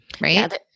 Right